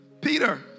Peter